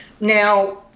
Now